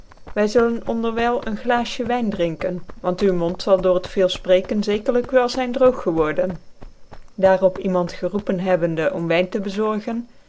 wy zullen onderwijle een glaasje wyn drinken want u mond zal door het veel fprecken zekerlijk wel zvn droog geworden daar op iemand geroepen hebbende om wyn tc bezorgen